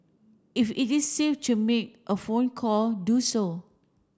if it is safe to make a phone call do so